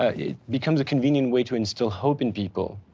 ah it becomes a convenient way to instill hope in people.